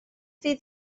fydd